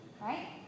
right